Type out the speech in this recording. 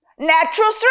Natural